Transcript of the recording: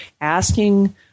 asking